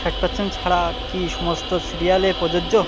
ষাট পারসেন্ট ছাড় কি সমস্ত সিরিয়ালে প্রযোজ্য